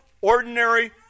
ordinary